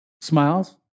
smiles